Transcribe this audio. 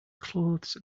clothes